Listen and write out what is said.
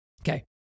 Okay